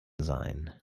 sein